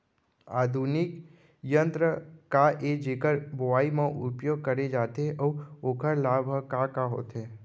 आधुनिक यंत्र का ए जेकर बुवाई म उपयोग करे जाथे अऊ ओखर लाभ ह का का होथे?